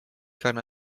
kein